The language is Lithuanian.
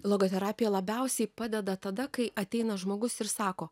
logoterapija labiausiai padeda tada kai ateina žmogus ir sako